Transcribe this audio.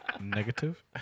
Negative